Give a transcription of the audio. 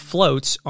Floats